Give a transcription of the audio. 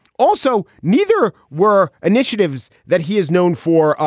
also, neither were initiatives that he is known for,